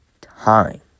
time